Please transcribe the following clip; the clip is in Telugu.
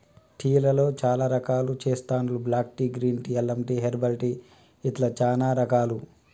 టీ లలో చాల రకాలు చెస్తాండ్లు బ్లాక్ టీ, గ్రీన్ టీ, అల్లం టీ, హెర్బల్ టీ ఇట్లా చానా రకాలు